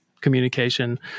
communication